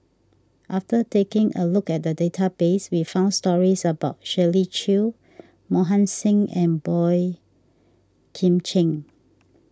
after taking a look at the database we found stories about Shirley Chew Mohan Singh and Boey Kim Cheng